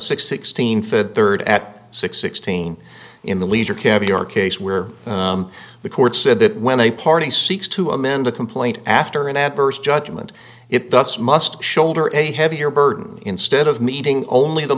six sixteen fed third at six sixteen in the leisure caviar case where the court said that when a party seeks to amend the complaint after an adverse judgment it does must shoulder a heavier burden instead of meeting only the